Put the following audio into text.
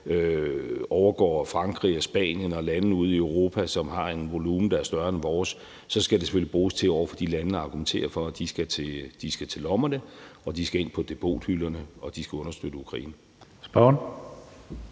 overgår Frankrig og Spanien og lande ude i Europa, som har en volumen, der er større end vores, skal det selvfølgelig bruges til over for de lande at argumentere for, at de skal til lommerne, og de skal ind på depothylderne, og de skal understøtte Ukraine.